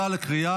נתקבלה.